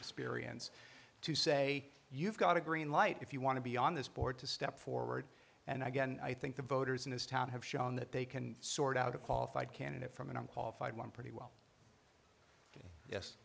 experience to say you've got a green light if you want to be on this board to step forward and again i think the voters in this town have shown that they can sort out a qualified candidate from an unqualified one pretty well yes